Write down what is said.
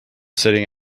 sitting